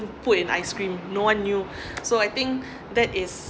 put in ice cream no one knew so I think that is